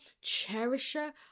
cherisher